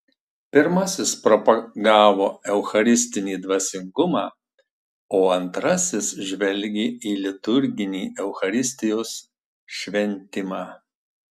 pirmasis propagavo eucharistinį dvasingumą o antrasis žvelgė į liturginį eucharistijos šventimą